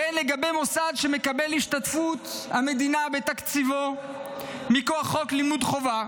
והן לגבי מוסד שמקבל את השתתפות המדינה בתקציבו מכוח חוק לימוד חובה,